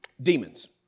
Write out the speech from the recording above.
demons